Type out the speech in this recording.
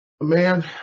Man